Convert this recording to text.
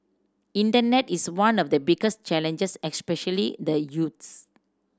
internet is one of the biggest challenges especially the youths